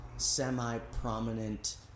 semi-prominent